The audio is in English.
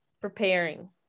preparing